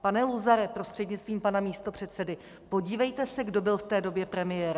Pane Luzare prostřednictvím pana místopředsedy, podívejte se, kdo byl v té době premiérem!